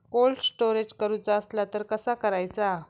Cold storage करूचा असला तर कसा करायचा?